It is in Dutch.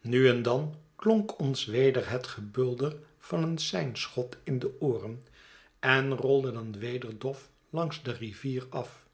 nu en dan klonk ons weder het gebulder van een seinschot in de ooren en roldedan weder dof langs de rivier af